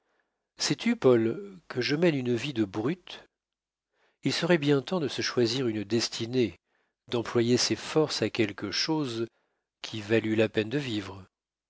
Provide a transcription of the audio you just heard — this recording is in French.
paul que je mène une vie de brute il serait bien temps de se choisir une destinée d'employer ses forces à quelque chose qui valût la peine de vivre